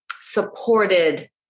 supported